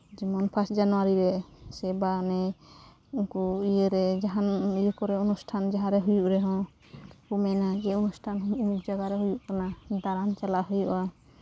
ᱡᱮᱢᱚᱱ ᱯᱷᱟᱥᱴ ᱡᱟᱱᱩᱣᱟᱨᱤ ᱨᱮ ᱥᱮ ᱵᱟ ᱚᱱᱮ ᱩᱱᱠᱩ ᱭᱟᱹᱨᱮ ᱡᱟᱦᱟᱱ ᱤᱭᱟᱹ ᱠᱚᱨᱮ ᱚᱱᱩᱥᱴᱷᱟᱱ ᱡᱟᱦᱟᱸ ᱨᱮ ᱦᱩᱭᱩᱜ ᱨᱮᱦᱚᱸ ᱠᱚ ᱢᱮᱱᱟ ᱡᱮ ᱚᱱᱩᱥᱴᱷᱟᱱ ᱚᱢᱩᱠ ᱡᱟᱭᱜᱟ ᱨᱮ ᱦᱩᱭᱩᱜ ᱠᱟᱱᱟ ᱫᱟᱬᱟᱱ ᱪᱟᱞᱟᱜ ᱦᱩᱭᱩᱜᱼᱟ